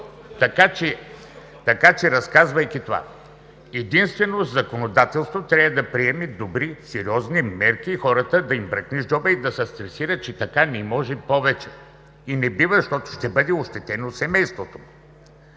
Така че разказвайки това – единствено законодателството трябва да приеме добри, сериозни мерки, на хората да им бръкнеш в джоба и да се стресират, че така не може повече и не бива, защото ще бъде ощетено семейството му.